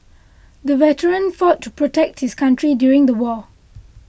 the veteran fought to protect his country during the war